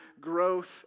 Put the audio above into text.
growth